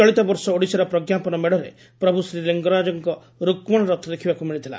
ଚଳିତବର୍ଷ ଓଡ଼ିଶାର ପ୍ର ମେତ୍ରେ ପ୍ରଭୁ ଶ୍ରୀ ଲିଙ୍ଗରାଜଙ୍କ ରୁକ୍କଶା ରଥ ଦେଖିବାକୁ ମିଳିଥିଲା